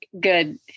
good